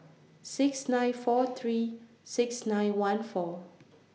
six nine four three six nine one four